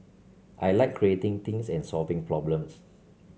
I like creating things and solving problems